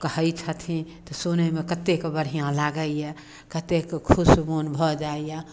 कहै छथिन तऽ सुनयमे कतेक बढ़िआँ लागैए कतेक खुश मोन भऽ जाइए